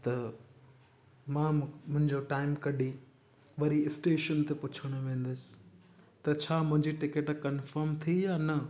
त मां मुंहिंजो टाइम कढी वरी स्टेशन ते पुछण वेंदुसि त छा मुंहिंजी टिकिट कंफ़र्म थी या न